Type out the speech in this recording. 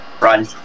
Run